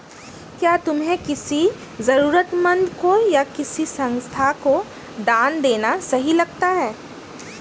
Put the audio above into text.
क्या तुम्हें किसी जरूरतमंद को या किसी संस्था को दान देना सही लगता है?